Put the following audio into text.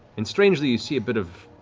and strangely, you see a bit of